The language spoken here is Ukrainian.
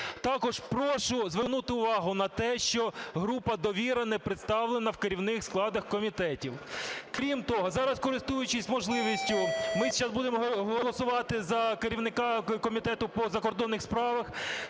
Також прошу звернути увагу на те, що група "Довіра" не представлена в керівних складах комітетів. Крім того, зараз користуючись можливістю, ми зараз будемо голосувати за керівника Комітету по закордонних справах,